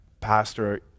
pastor